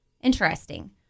Interesting